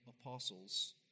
apostles